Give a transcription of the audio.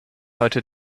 heute